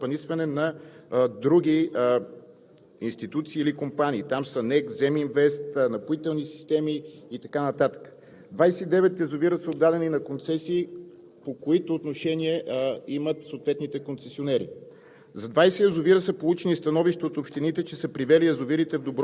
62 броя от тях са държавна собственост и са предоставени за управление и стопанисване на други институции или компании – там са НЕК, „Земинвест“, „Напоителни системи“ и така нататък, 29 язовира са отдадени на концесии, по които отношение имат съответните концесионери.